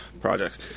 projects